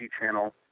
channel